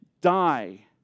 die